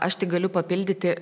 aš tik galiu papildyti